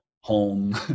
home